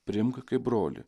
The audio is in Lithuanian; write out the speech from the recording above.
priimk kaip brolį